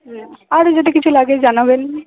আর যদি কিছু লাগে জানাবেন